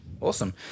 Awesome